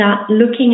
looking